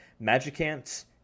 Magikant